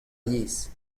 yezh